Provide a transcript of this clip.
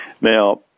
Now